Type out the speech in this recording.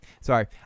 Sorry